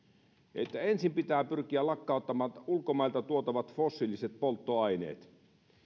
että ensin pitää pyrkiä lakkauttamaan ulkomailta tuotavat fossiiliset polttoaineet